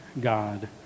God